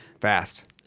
Fast